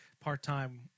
part-time